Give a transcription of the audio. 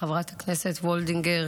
חברת הכנסת וולדיגר,